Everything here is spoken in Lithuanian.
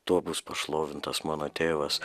tuo bus pašlovintas mano tėvas